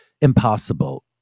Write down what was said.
impossible